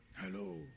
Hello